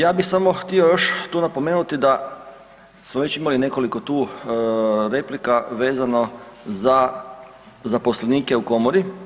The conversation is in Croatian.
Ja bi samo htio tu još napomenuti da smo već imali nekoliko tu replika vezano za zaposlenike u komori.